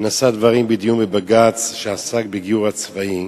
נשא דברים בדיון בבג"ץ שעסק בגיור הצבאי.